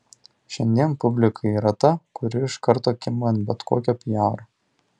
šiandien publika yra ta kuri iš karto kimba ant bet kokio piaro